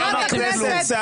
לא אמרתם כלום.